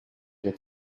der